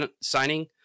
signing